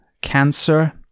cancer